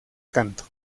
canto